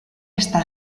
está